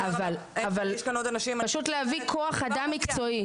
פשוט להביא כוח-אדם מקצועי.